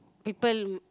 people